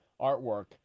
artwork